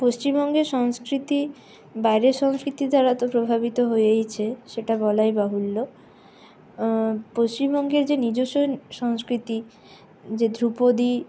পশ্চিমবঙ্গের সংস্কৃতি বাইরের সংস্কৃতির দ্বারা তো প্রভাবিত হয়েইছে সেটা বলাই বাহুল্য পশ্চিমবঙ্গের যে নিজস্ব সংস্কৃতি যে ধ্রুপদি